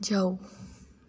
ਜਾਓ